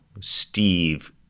Steve